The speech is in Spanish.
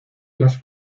las